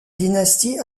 dynastie